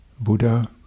Buddha